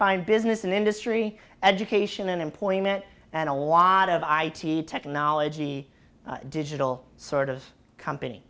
find business and industry education and employment and a lot of i t technology digital sort of company